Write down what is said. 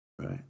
Right